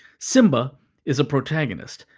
simba is a protagonist.